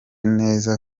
neza